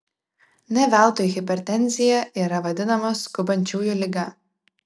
ne veltui hipertenzija yra vadinama skubančiųjų liga